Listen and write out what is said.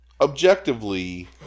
objectively